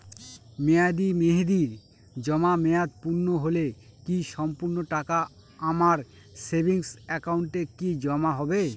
মেয়াদী মেহেদির জমা মেয়াদ পূর্ণ হলে কি সম্পূর্ণ টাকা আমার সেভিংস একাউন্টে কি জমা হবে?